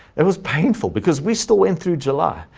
it was painful, because we still went through july,